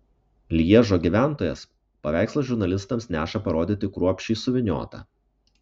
lježo gyventojas paveikslą žurnalistams neša parodyti kruopščiai suvyniotą